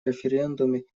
референдуме